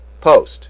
post